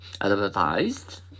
advertised